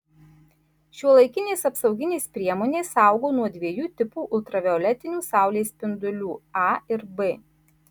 šiuolaikinės apsauginės priemonės saugo nuo dviejų tipų ultravioletinių saulės spindulių a ir b